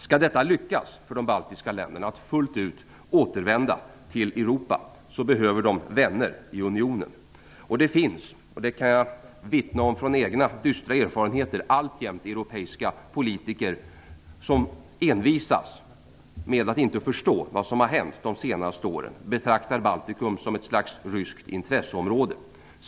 Om det skall lyckas för de baltiska länderna att fullt ut återvända till Europa behöver de vänner i unionen. Det finns, det kan jag vittna om från egna dystra erfarenheter, alltjämt europeiska politiker som envisas med att inte förstå vad som har hänt de senaste åren. De betraktar Baltikum som ett slags ryskt intresseområde.